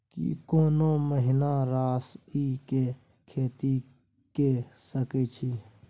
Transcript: की कोनो महिना राई के खेती के सकैछी?